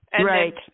Right